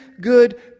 good